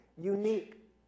unique